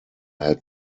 had